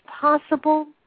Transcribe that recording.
possible